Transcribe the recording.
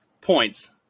points